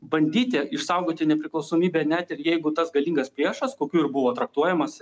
bandyti išsaugoti nepriklausomybę net ir jeigu tas galingas priešas kokiu ir buvo traktuojamas